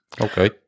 Okay